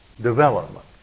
development